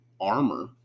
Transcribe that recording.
armor